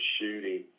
shooting